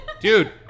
dude